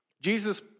Jesus